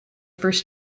first